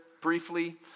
briefly